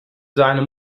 seine